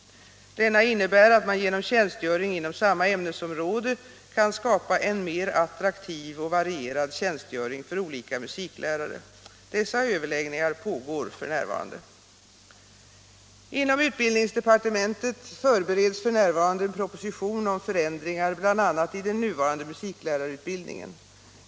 Denna innebär att man genom tjänstgöring inom samma ämnesområde kan skapa en mer attraktiv och varierad tjänstgöring för olika musiklärare. Dessa överläggningar pågår f.n. Inom utbildningsdepartementet förbereds f. n. en proposition om förändringar bl.a. i den nuvarande musiklärarutbildningen.